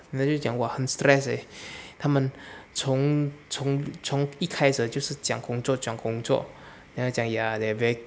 then 就讲 !whoa! 很 stress eh 他们从从从一开始就是讲工作讲工作 then 我就讲 ya